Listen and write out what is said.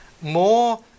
more